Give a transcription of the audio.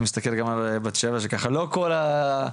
אני מסתכל גם על בת שבע שככה לא כל הרעיונות